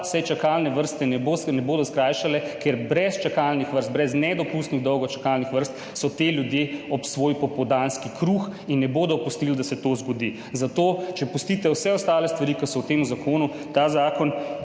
se čakalne vrste se ne bodo skrajšale ker brez čakalnih vrst, brez nedopustno dolgo čakalnih vrst, so ti ljudje ob svoj popoldanski kruh in ne bodo pustili, da se to zgodi. Zato je, če pustite vse ostale stvari, ki so v tem zakonu, ta zakon